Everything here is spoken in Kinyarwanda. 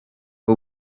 com